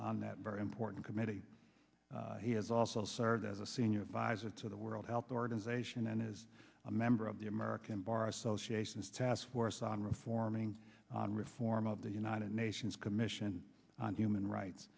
on that very important committee he has also served as a senior advisor to the world health organization and is a member of the american bar association's task force on reforming reform of the united nations commission on human rights